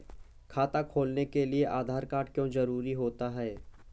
खाता खोलने के लिए आधार कार्ड क्यो जरूरी होता है?